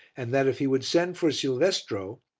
and that if he would send for silvestro,